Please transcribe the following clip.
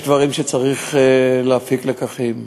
יש דברים, צריך להפיק לקחים.